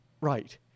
Right